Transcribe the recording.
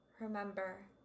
Remember